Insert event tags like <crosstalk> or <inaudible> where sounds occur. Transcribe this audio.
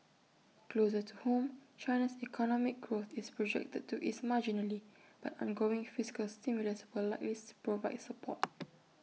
closer to home China's economic growth is projected to ease marginally but ongoing fiscal stimulus will likely use provide support <noise>